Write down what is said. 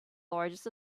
largest